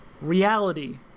reality